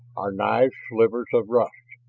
our knives slivers of rust.